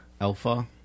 Alpha